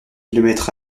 kilomètres